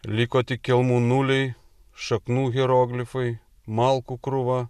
liko tik kelmų nuliai šaknų hieroglifai malkų krūva